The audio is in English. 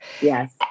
Yes